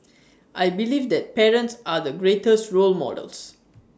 I believe that parents are the greatest role models